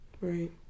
Right